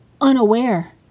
unaware